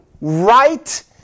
right